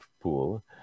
pool